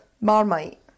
Marmite